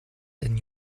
than